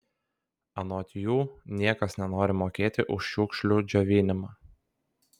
anot jų niekas nenori mokėti už šiukšlių džiovinimą